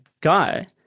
guy